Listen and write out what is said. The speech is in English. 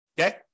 Okay